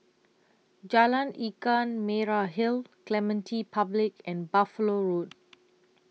Jalan Ikan Merah Hill Clementi Public and Buffalo Road